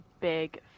big